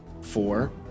Four